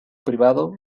privado